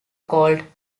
called